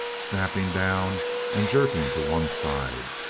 snapping down and jerking to one side.